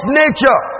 nature